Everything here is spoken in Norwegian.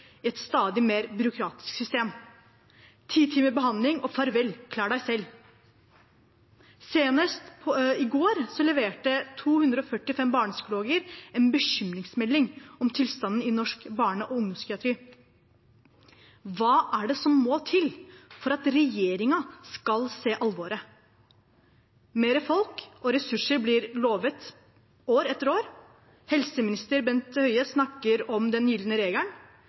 et stadig mer byråkratisk system – ti timer behandling og farvel, klar deg selv. Senest i går leverte 245 barnepsykologer en bekymringsmelding om tilstanden i norsk barne- og ungdomspsykiatri. Hva er det som må til for at regjeringen skal se alvoret? Mer folk og ressurser blir lovet år etter år. Helseminister Bent Høie snakker om den gylne regelen,